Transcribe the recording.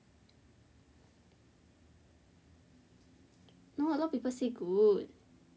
no a lot people say good